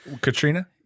Katrina